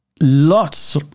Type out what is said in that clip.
lots